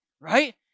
right